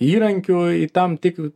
įrankių į tam tik